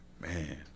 Man